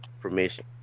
permission